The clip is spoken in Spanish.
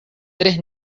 tres